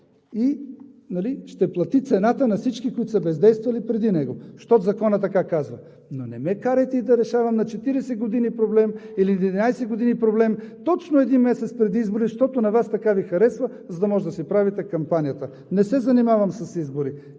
и ще плати цената на всички, които са бездействали преди него, защото Законът така казва. Но не ме карайте да решавам проблем на 40 години или проблем на 11 години точно един месец преди избори, защото на Вас така Ви харесва, за да може да си правите кампанията. Не се занимавам с избори.